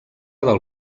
del